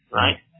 right